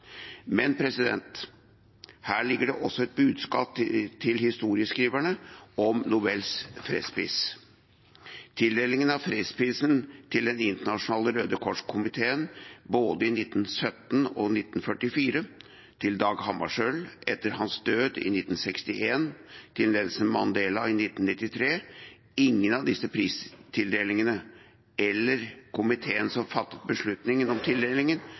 Men her ligger det også et budskap til historieskriverne om Nobels fredspris. Tildelingen av fredsprisen til Den internasjonale Røde Kors-komiteen i både 1917 og 1944, til Dag Hammarskjöld etter hans død i 1961, til Nelson Mandela i 1993 – ingen av disse tildelingene eller komiteene som fattet beslutningen om tildelingen,